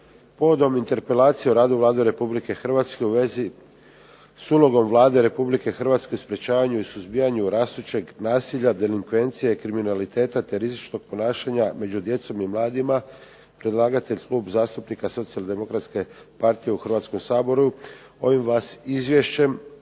Povodom Interpelacije o radu Vlada Republike Hrvatske u vezi s ulogom Vlade Republike Hrvatske u sprečavanju i suzbijanju rastućeg nasilja, delinkvencije, kriminaliteta te rizičnog ponašanja među djecom i mladima, predlagatelj Kluba zastupnica Socijal-demokratske partije u Hrvatskom saboru ovim vas izvješćem